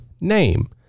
name